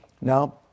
Now